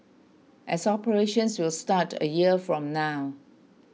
as operations will start a year from now